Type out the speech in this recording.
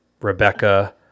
Rebecca